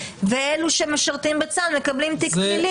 ואלו שמשרתים בצה"ל מקבלים תיק פלילי,